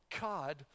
God